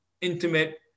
intimate